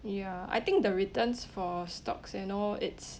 ya I think the returns for stocks and all it's